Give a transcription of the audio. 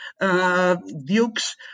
dukes